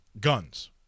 guns